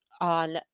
on